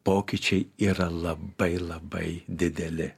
pokyčiai yra labai labai dideli